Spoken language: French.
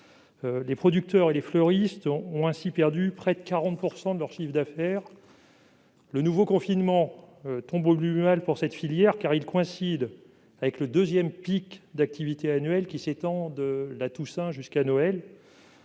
Les producteurs et les fleuristes ont ainsi perdu environ 40 % de leur chiffre d'affaires. Le nouveau confinement tombe au plus mal pour cette filière, car il coïncide avec le deuxième pic d'activité annuelle, qui s'étend de la Toussaint à Noël.